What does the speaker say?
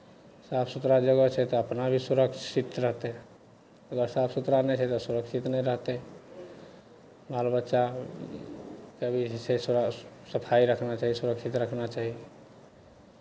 साफ सुथरा जगह छै तऽ अपना भी सुरक्षित रहतै अगर साफ सुथरा नहि छै तऽ सुरक्षित नहि रहतै बालबच्चाकेँ भी जे छै सफाइ रखना चाही सुरक्षित रखना चाही